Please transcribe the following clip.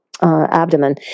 Abdomen